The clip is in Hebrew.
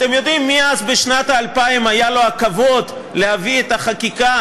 אתם יודעים למי בשנת 2000 היה הכבוד להביא את החקיקה